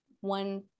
one